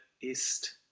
ist